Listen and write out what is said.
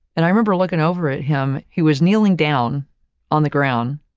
and i remember looking over at him, he was kneeling down on the ground,